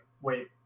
wait